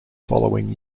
following